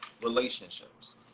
relationships